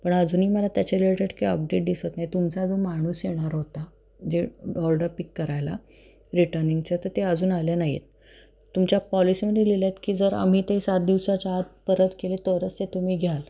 पण अजूनही मला त्याच्या रिलेटेड काय अपडेट दिसत नाही तुमचा जो माणूस येणार होता जे ऑर्डर पिक करायला रिटनिंगचे तर ते अजून आले नाही आहेत तुमच्या पॉलिसीमध्ये लिहिल्या आहेत की जर आम्ही ते सात दिवसाच्या आत परत केले तरच ते तुम्ही घ्याल